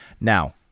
Now